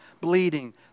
bleeding